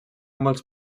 molts